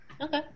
Okay